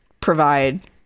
provide